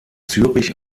zürich